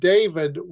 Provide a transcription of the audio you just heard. David